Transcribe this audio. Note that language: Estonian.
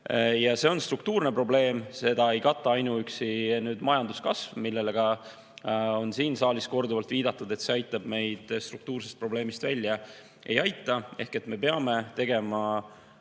See on struktuurne probleem. Seda ei kata ainuüksi majanduskasv, millele on ka siin saalis korduvalt viidatud, et see aitab meid struktuursest probleemist välja. Ei aita. Ehk me peame tegema